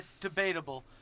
debatable